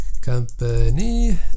company